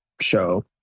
show